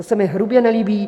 To se mi hrubě nelíbí.